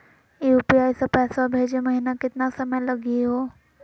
UPI स पैसवा भेजै महिना केतना समय लगही हो?